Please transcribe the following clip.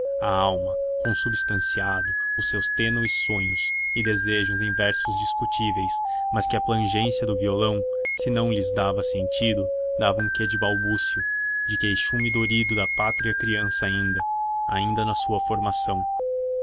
a alma consubstanciado os seus tênues sonhos e desejos em versos discutíveis mas que a plangência do violão se não lhes dava sentido dava um quê de balbucio de queixume dorido da pátria criança ainda ainda na sua formação